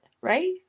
right